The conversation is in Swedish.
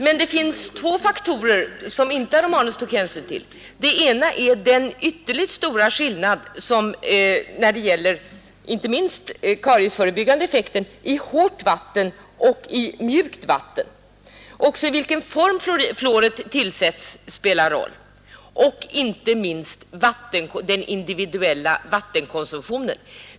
Men det finns två faktorer som herr Romanus inte tog hänsyn till. Den ena är den ytterligt stora skillnaden när det gäller inte minst den kariesförebyggande effekten mellan hårt vatten och mjukt vatten. Det spelar också en roll i vilken form fluoret tillsätts, och inte minst den individuella vattenkonsumtionen.